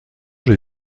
j’ai